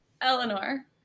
Eleanor